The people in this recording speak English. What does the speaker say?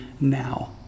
now